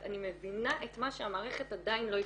אני מבינה את מה שהמערכת עדיין לא הפנימה.